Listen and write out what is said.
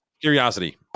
Curiosity